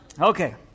Okay